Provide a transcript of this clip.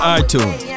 iTunes